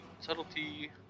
Subtlety